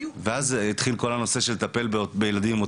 ואז התחיל כל נושא הטיפול בילדים עם אוטיזם.